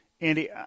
Andy